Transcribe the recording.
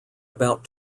about